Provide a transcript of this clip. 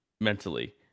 mentally